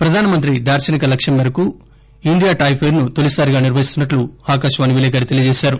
ప్రధానమంత్రి దార్శనిక లక్ష్యం మేరకు ఇండియా టాయ్ ఫెయిర్ ను తొలిసారిగా నిర్వహిస్తున్నట్లు ఆకాశవాణి విలేకరి తెలియచేశారు